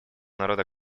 народа